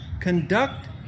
conduct